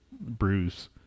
Bruce